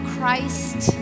Christ